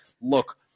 look